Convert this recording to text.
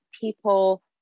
people